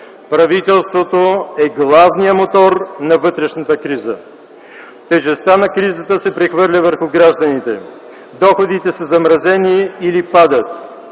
Правителството е главният мотор на вътрешната криза. Тежестта на кризата се прехвърля върху гражданите. Доходите са замразени или падат.